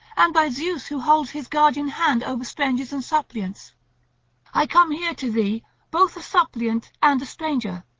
and by zeus who holds his guardian hand over strangers and suppliants i come here to thee both a suppliant and a stranger,